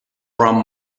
from